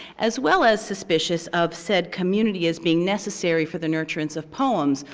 as well as suspicious of said community as being necessary for the nurturance of poems,